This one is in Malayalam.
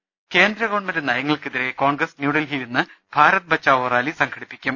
രദ്ദേഷ്ടങ കേന്ദ്ര ഗവൺമെന്റ് നയങ്ങൾക്കെതിരെ കോൺഗ്രസ് ന്യൂഡൽഹിയിൽ ഇന്ന് ഭാരത് ബച്ചാവോ റാലി സംഘടിപ്പിക്കും